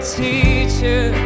teacher